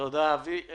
תודה, אבי.